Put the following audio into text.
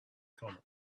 common